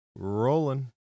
Rolling